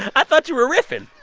i thought you were riffing